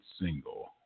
single